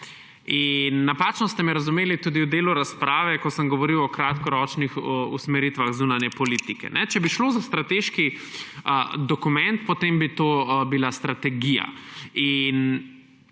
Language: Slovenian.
Napačno ste me razumeli tudi v delu razprave, ko sem govoril o kratkoročnih usmeritvah zunanje politike. Če bi šlo za strateški dokument, potem bi to bila strategija.